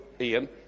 Ian